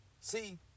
See